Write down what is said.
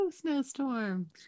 snowstorm